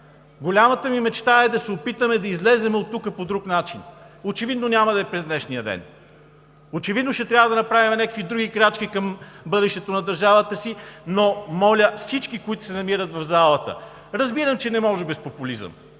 Голямата ми мечта е да се опитаме да излезем оттук по друг начин. Очевидно е, че няма да е през днешния ден, очевидно е, че ще трябва да направим някакви други крачки към бъдещето на държавата си, но моля всички, които се намират в залата: разбирам, че не може без популизъм.